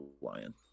lion